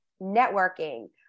networking